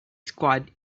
squad